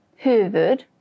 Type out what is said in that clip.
Huvud